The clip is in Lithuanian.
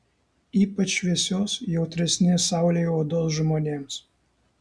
ypač šviesios jautresnės saulei odos žmonėms